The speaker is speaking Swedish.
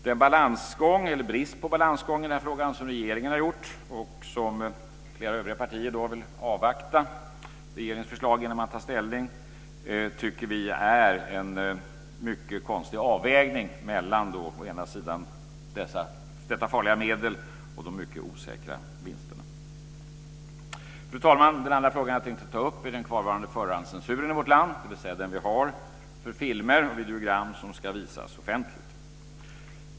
Den balansgång, eller brist på balansgång, i den här frågan som regeringen har gjort, och som flera övriga partier vill avvakta regeringens förslag innan man tar ställning till, tycker vi är en mycket konstig avvägning mellan detta farliga medel å ena sidan och de mycket osäkra vinsterna å den andra. Fru talman! Den andra frågan jag tänkte ta upp är den kvarvarande förhandscensuren i vårt land, dvs. den vi har för filmer och videogram som ska visas offentligt.